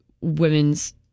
women's